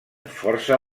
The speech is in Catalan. força